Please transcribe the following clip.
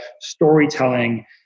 storytelling